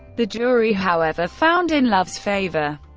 the jury, however, found in love's favor.